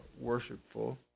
worshipful